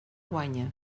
guanya